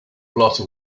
blotter